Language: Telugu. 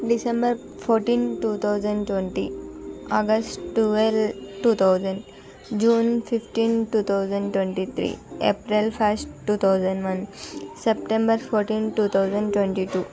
December fourteen two thousand twenty August twelve two thousand June fifteen two thousand twenty three April first two thousand one September fourteen two thousand twenty two